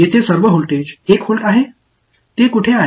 மின்னழுத்தம் ஒரு வோல்ட் எங்கே